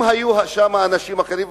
אם היו שם אנשים אחרים,